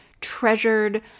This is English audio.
treasured